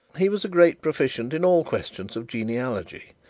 he was a great proficient in all questions of genealogy,